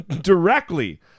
directly